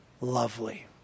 lovely